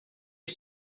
est